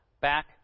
back